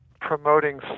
promoting